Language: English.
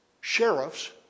sheriffs